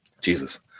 Jesus